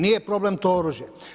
Nije problem to oružje.